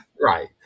Right